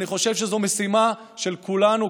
אני חושב שזו משימה של כולנו,